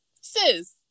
sis